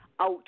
out